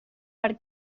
per